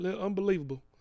unbelievable